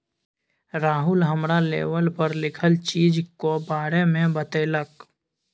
राहुल हमरा लेवल पर लिखल चीजक बारे मे बतेलक